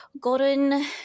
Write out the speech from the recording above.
Golden